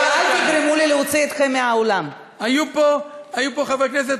סליחה, לא שמעתי אף אחד מכם